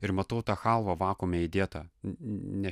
ir matau tą chalvą vakuume įdėta ne